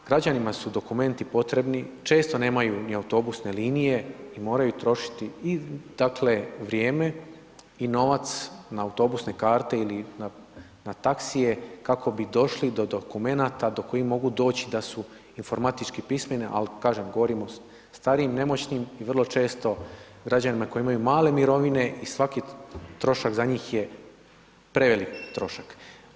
Građanima su dokumenti potrebni, često nemaju ni autobusne linije i moraju trošiti i dakle vrijeme i novac na autobusne karte ili na taxije kako bi došli do dokumenata do kojih mogu doći da su informatički pismeni ali kažem, govorim o starijim i nemoćnim i vrlo često građanima koji imaju male mirovine i svaki trošak za njih je prevelik trošak.